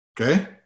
Okay